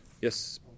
Yes